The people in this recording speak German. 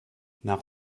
nach